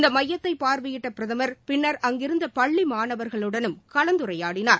இந்த மையத்தை பார்வையிட்ட பிரதமர் பின்னர் அங்கிருந்த பள்ளி மாணவர்களுடனும் கலந்துரையாடினார்